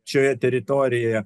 šioje teritorijoje